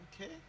okay